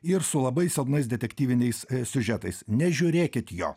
ir su labai silpnas detektyviniais siužetais nežiūrėkit jo